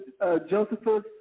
Josephus